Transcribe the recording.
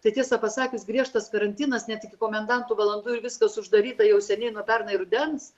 tai tiesą pasakius griežtas karantinas net iki komendanto valandų ir viskas uždaryta jau seniai nuo pernai rudens